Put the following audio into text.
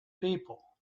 people